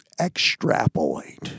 extrapolate